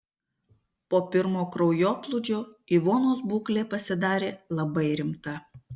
po pirmo kraujoplūdžio ivonos būklė pasidarė labai rimta